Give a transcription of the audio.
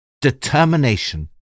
determination